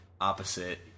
opposite